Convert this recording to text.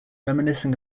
reminiscing